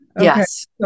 Yes